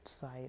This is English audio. site